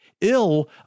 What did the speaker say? ill